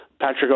Patrick